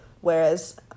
Whereas